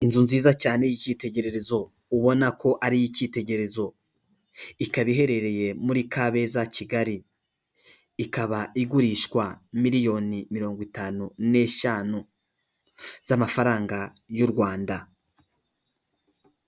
Inzu nziza cyane y'icyitegererezo, ubona ko ari iy'icyitegererezo, ikaba iherereye muri Kabeza Kigali, ikaba igurishwa miliyoni mirongo itanu n'eshanu z'amafaranga y'u Rwanda.